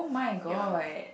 ya